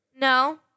No